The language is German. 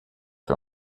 wir